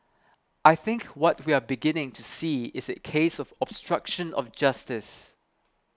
I think what we are beginning to see is a case of obstruction of justice